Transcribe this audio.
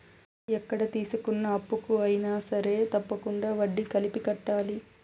ఎక్కడ తీసుకున్న అప్పుకు అయినా సరే తప్పకుండా వడ్డీ కలిపి కట్టాలి